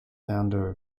founder